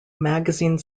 magazine